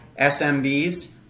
smbs